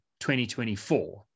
2024